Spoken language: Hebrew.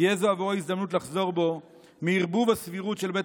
תהיה זו עבורו הזדמנות לחזור בו מערבוב הסבירות של בית